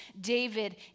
David